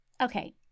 Okay